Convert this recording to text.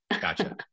Gotcha